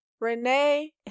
Renee